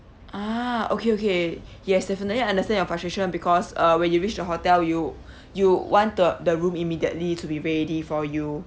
ah okay okay yes definitely understand your frustration because uh when you reach the hotel you you want the the room immediately to be ready for you